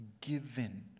given